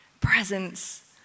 presence